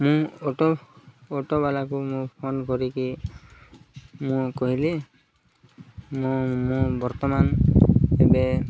ମୁଁ ଅଟୋ ଅଟୋବାଲାକୁ ମୁଁ ଫୋନ କରିକି ମୁଁ କହିଲି ମୁଁ ମୁଁ ବର୍ତ୍ତମାନ ଏବେ